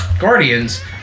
Guardians